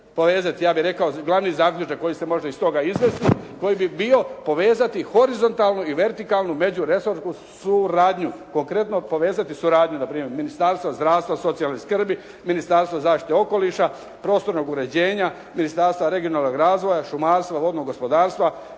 ja bih rekao, glavni zaključak koji se može iz toga izvući koji bi bio povezati horizontalnu i vertikalnu međuresorsku suradnju, konkretno povezati suradnju na primjer Ministarstva zdravstva zdravstva, socijalne skrbi, Ministarstva zaštite okoliša, prostornog uređenja, Ministarstva regionalnog razvoja, šumarstva, vodnog gospodarstva,